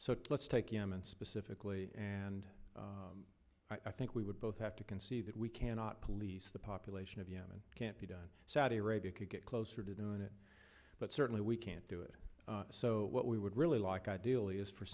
so let's take yemen specifically and i think we would both have to concede that we cannot police the population of yemen can't be done saudi arabia could get closer to doing it but certainly we can't do it so what we would really like ideally is for